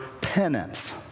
penance